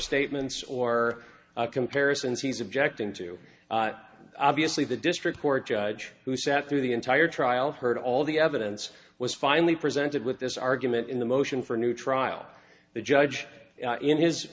statements or comparisons he's objecting to obviously the district court judge who sat through the entire trial heard all the evidence was finally presented with this argument in the motion for a new trial the judge in his